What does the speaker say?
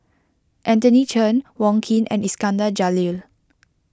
Anthony Chen Wong Keen and Iskandar Jalil